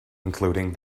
including